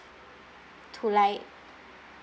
to like